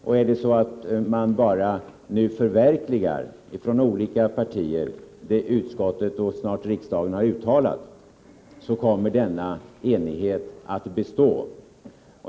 Om man bara nu från olika partier förverkligar vad utskottet och snart riksdagen har uttalat, så kommer denna enighet att bestå.